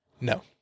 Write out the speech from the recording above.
No